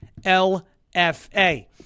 LFA